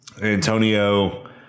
Antonio